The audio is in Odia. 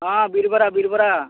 ହଁ ବିରି ବରା ବିରି ବରା